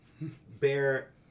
bear